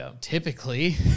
typically